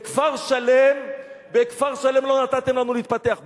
בכפר-שלם לא נתתם לנו להתפתח.